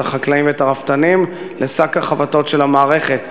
את החקלאים ואת הרפתנים לשק החבטות של המערכת.